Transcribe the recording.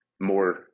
more